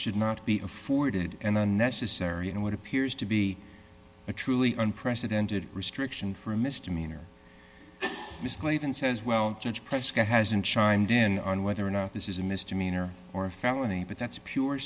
should not be afforded an unnecessary and what appears to be a truly unprecedented restriction for a misdemeanor is clave and says well judge prescott hasn't shined in on whether or not this is a misdemeanor or felony but that's pure